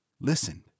listened